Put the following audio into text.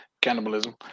Cannibalism